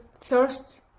first